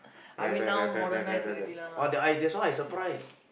have have have have have have have have but I that's why I surprise